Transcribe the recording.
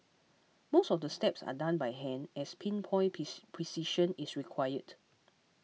most of the steps are done by hand as pin point piece precision is required